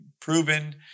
proven